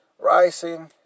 rising